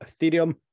Ethereum